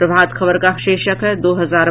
प्रभात खबर का शीर्षक है दो हजार